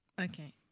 Okay